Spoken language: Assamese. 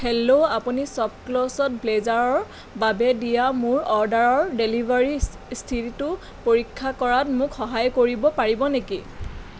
হেল্ল' আপুনি শ্বপক্লুজত ব্লেজাৰৰ বাবে দিয়া মোৰ অৰ্ডাৰৰ ডেলিভাৰী স্থিতিটো পৰীক্ষা কৰাত মোক সহায় কৰিব পাৰিব নেকি